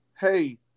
hey